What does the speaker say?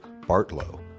Bartlow